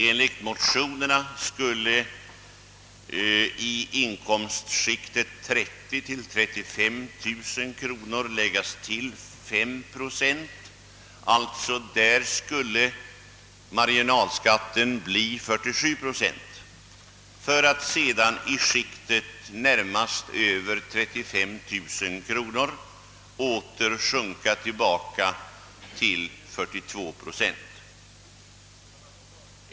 Enligt motionsförslaget skulle i inkomstskiktet 30 000 till 35 000 kronor läggas till fem procent, d. v. s. marginalskatten skulle i det skiktet bli 47 procent för att sedan i skiktet närmast över 35 000 kronor åter sjunka till 42 procent.